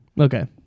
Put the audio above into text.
Okay